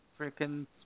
freaking